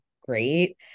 great